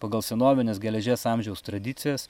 pagal senovines geležies amžiaus tradicijas